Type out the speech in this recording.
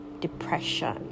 depression